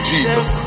Jesus